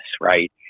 right